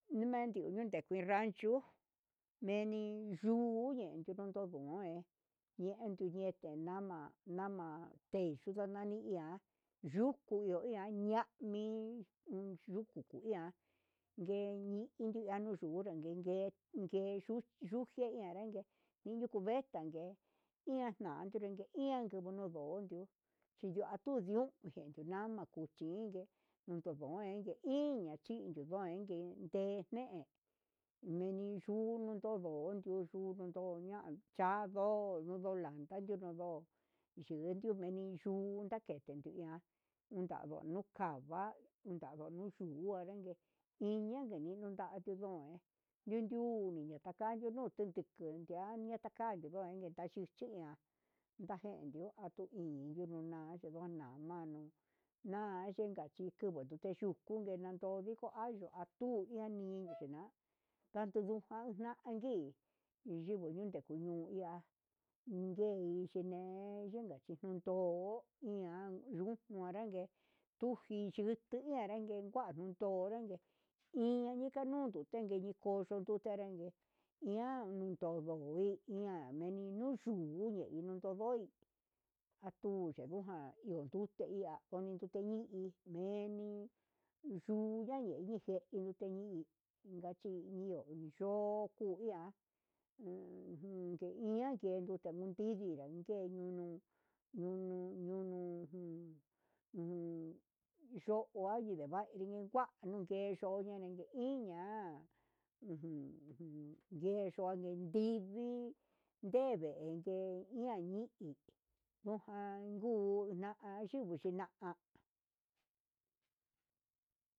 Nimendio nikuii rancho, meni yuu nikondo ndondo me'e ñetu yende nama, nama texu'u nanani iha yuku nu iha yanami yuku hu iha ngueñini nunka nuu yunra yenguimi ngue ngue yuje nanrague iyuu venga ve'e ian ngunreke ian kubuu no ndondio chindua kudio yendo na'a, nakuchingue kutu kuu ingue iña chí chinduyengue ke'e meni yuu nudondo kutunña cha'a ngo yo'o landa nondo yuu numeni yundake ninia ndende nuu kava'a inka yu chuia nrengue iña ninionrado yune'e yunyu niketa kanio yunde unde kudia natakanrio kuende nachi xhinia atu inio ndinuna tenguana van xhika chi kennga tute yuu unke viko ayuu atu yunenia uchendan gastu nunka na'a ayii ndigo ngute ndio ya'a nguei chinei yenga yindodo, iahn ngu anranke tuniyu kua anrangue iña ndikanuu nduten gueni ku yutenyu anrengue ian todo ian meni inuu yuu ian otonroki nduyena udiote ya'á koni ni hi meni, yuu yaninije teñi inkachi ndio nuu yo'o kuia ujun ian kendo anu nridi aunkeñu un ñu ñu ujun ujun yo'o yua nineva'a nguerenke iin ña'a ujun ngue xonre nrivii ndevengue iha nin ngujan nguu una yingui china'a.